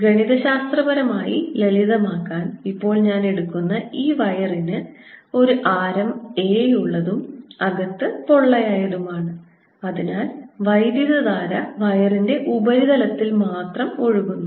ഗണിതശാസ്ത്രപരമായി ലളിതമാക്കാൻ ഇപ്പോൾ ഞാൻ എടുക്കുന്ന ഈ വയറിന് ഒരു ആരം a ഉള്ളതും അകത്ത് പൊള്ളയായതുമാണ് അതിനാൽ വൈദ്യുതധാര വയറിന്റെ ഉപരിതലത്തിൽ മാത്രം ഒഴുകുന്നു